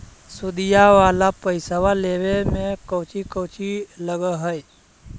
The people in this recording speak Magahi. सुदिया वाला पैसबा लेबे में कोची कोची लगहय?